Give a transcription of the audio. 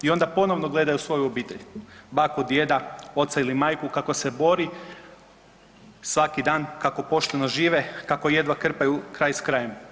I onda ponovno gledaju svoju obitelj baku, djeda, oca ili majku kako se bori svaki dan, kako pošteno žive, kako jedva krpaju kraj s krajem.